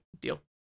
deal